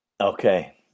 Okay